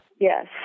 Yes